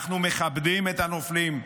אנחנו מכבדים את הנופלים.